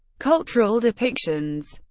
cultural depictions